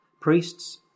Priests